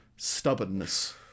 stubbornness